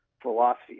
philosophy